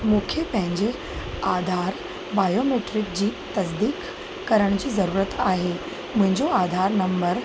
मूंखे पंहिंजे आधार बायोमेट्रिक जी तसदीक करण जी ज़रूरत आहे मुंहिंजो आधार नंबर